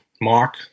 mark